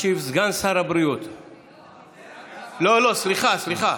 תודה רבה, אדוני.